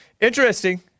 Interesting